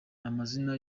n’amazina